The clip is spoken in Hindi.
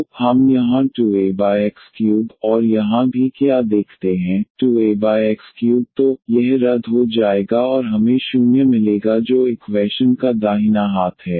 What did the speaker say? तो हम यहां 2Ax3 और यहां भी क्या देखते हैं 2Ax3 तो यह रद्द हो जाएगा और हमें 0 मिलेगा जो इक्वैशन का दाहिना हाथ है